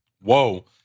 Whoa